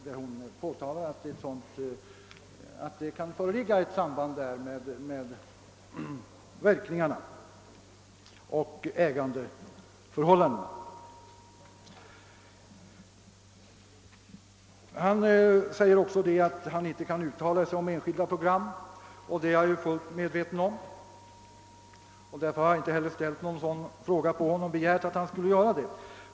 Hon har nämligen ansett, att det där kan föreligga ett samband mellan programpolitikens verkningar och TV-bolagens ägendeförhållanden. Herr statsrådet säger också att han inte kan uttala sig om enskilda program, och det är jag fullt medveten om. Därför har jag inte heller begärt att han skulle göra det.